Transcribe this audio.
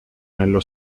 nello